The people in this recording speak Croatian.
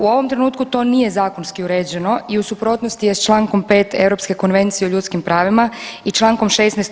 U ovom trenutku to nije zakonski uređeno i u suprotnosti je sa člankom 5. Europske konvencije o ljudskim pravima i člankom 16.